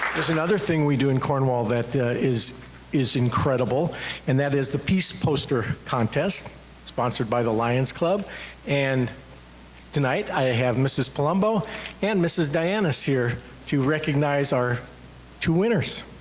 there's another thing we do in cornwall that is is incredible and that is the peace poster contest sponsored by the lions club and tonight i have mrs. palumbo and mrs. dianis here to recognize our two winners.